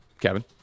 kevin